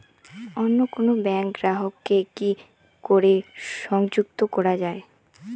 অন্য কোনো ব্যাংক গ্রাহক কে কি করে সংযুক্ত করা য়ায়?